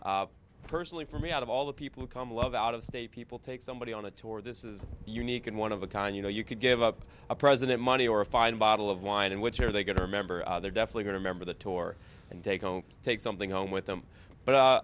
experiences personally for me out of all the people who come to love out of state people take somebody on a tour this is unique and one of a kind you know you could give up a president money or a fine bottle of wine and which are they going to remember they're definitely remember the tour and take home take something home with them but